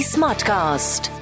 Smartcast